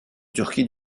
turquie